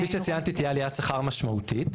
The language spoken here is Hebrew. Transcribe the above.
כפי שציינתי עליית שכר משמעותית,